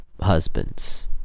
husbands